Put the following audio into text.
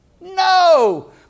No